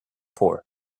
poor